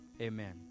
Amen